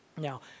Now